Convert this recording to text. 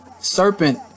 serpent